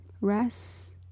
rest